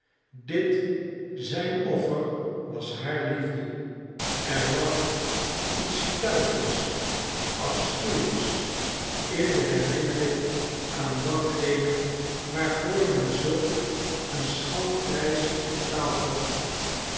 dit zijn offer was haar liefde er lag iets stuitends afschuwelijks in de herinnering aan datgene waarvoor men zulk een schandprijs betaald had